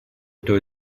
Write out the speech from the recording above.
той